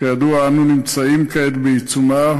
שכידוע אנו נמצאים כעת בעיצומה,